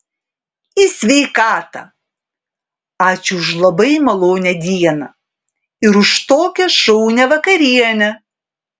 į sveikatą ačiū už labai malonią dieną ir už tokią šaunią vakarienę